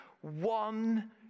one